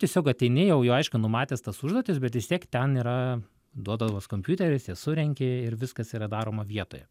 tiesiog ateini jau aišku numatęs tas užduotis bet vis tiek ten yra duodamas kompiuteris jas surenki ir viskas yra daroma vietoje